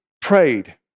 prayed